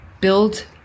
build